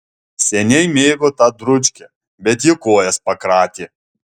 seniai mėgo tą dručkę bet ji kojas pakratė